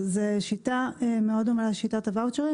זאת שיטה מאוד דומה לשיטת הוואוצ'רים,